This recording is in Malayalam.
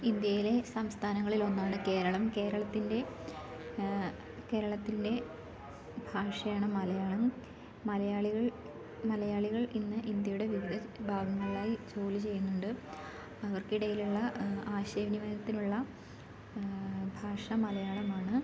ഇന്ത്യയിലെ സംസ്ഥാനങ്ങളിലൊന്നാണ് കേരളം കേരളത്തിൻ്റെ കേരളത്തിൻ്റെ ഭാഷയാണ് മലയാളം മലയാളികൾ മലയാളികൾ ഇന്ന് ഇന്ത്യയുടെ വിവിധ ഭാഗങ്ങളിലായി ജോലി ചെയ്യുന്നുണ്ട് അവർക്കിടയിലുള്ള ആശയവിനിമയത്തിനുള്ള ഭാഷ മലയാളമാണ്